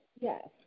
Yes